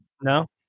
No